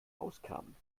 auskamen